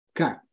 Okay